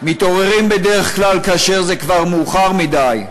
מתעוררים בדרך כלל כאשר זה כבר מאוחר מדי,